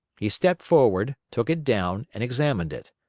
he stepped forward, took it down, and examined it.